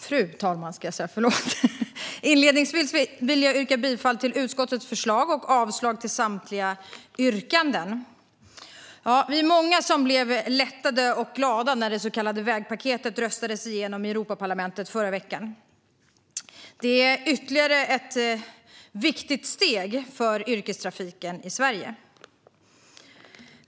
Fru talman! Inledningsvis vill jag yrka bifall till utskottets förslag och avslag på samtliga yrkanden. Vi var många som blev lättade och glada när det så kallade vägpaketet röstades igenom i Europaparlamentet i förra veckan. Det är ytterligare ett viktigt steg för yrkestrafiken i Sverige.